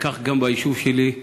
וכך גם ביישוב שלי.